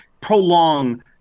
prolong